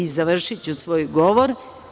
Završiću svoj govor.